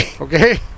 Okay